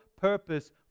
purpose